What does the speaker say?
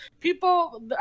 people